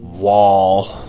wall